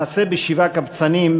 "מעשה בשבעה קבצנים",